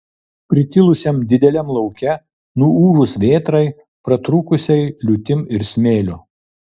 pritilusiam dideliam lauke nuūžus vėtrai pratrūkusiai liūtim ir smėliu